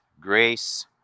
grace